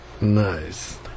Nice